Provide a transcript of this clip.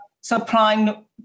supplying